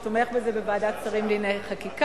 שר החינוך אמר שהוא תומך בזה בוועדת שרים לענייני חקיקה,